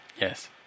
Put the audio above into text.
Yes